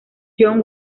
john